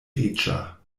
riĉa